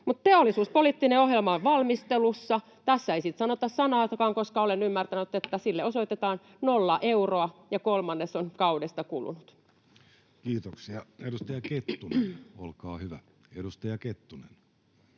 Mutta teollisuuspoliittinen ohjelma on valmistelussa — tässä ei siitä sanota sanaakaan, koska olen ymmärtänyt, että sille osoitetaan nolla euroa, ja kolmannes on kaudesta kulunut. Kiitoksia. — Edustaja Kettunen, olkaa hyvä.